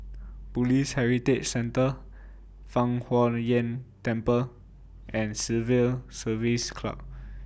Police Heritage Centre Fang Huo Yuan Temple and Civil Service Club